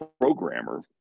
programmer